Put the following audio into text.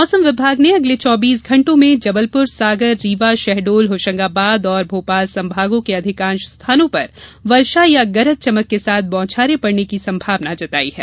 मौसम विभाग ने अगले चौबीस घण्टों में जबलपुर सागर रीवा शहडोल होशंगाबाद और भोपाल संभागों के अधिकांश स्थानों पर वर्षा या गरज चमक के साथ बौछारे पड़ने की संभावना जताई है